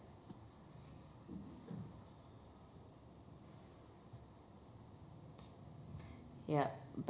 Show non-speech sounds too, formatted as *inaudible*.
*breath* yup bu~